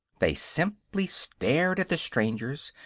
they simply stared at the strangers,